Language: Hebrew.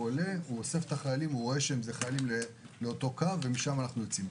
הוא בודק שאלה חיילים לאותו קו ואז יוצאים.